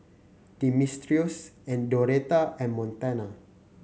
Dimitrios and Doretta and Montana